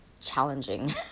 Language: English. challenging